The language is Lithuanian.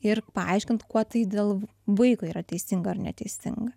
ir paaiškint kuo tai dėl vaiko yra teisinga ar neteisinga